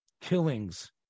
killings